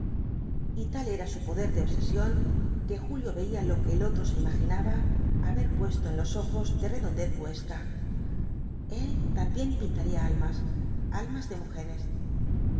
y tal era su poder de obsesión que julio veía lo que el otro se imaginaba haber puesto en los ojos de redondez buhesca el también pintaría almas almas de mujeres